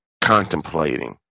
contemplating